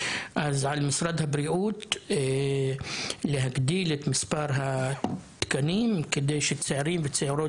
אז על משרד הבריאות להגדיל את מספר התקנים כדי שצעירים וצעירות